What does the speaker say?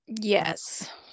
Yes